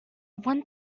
want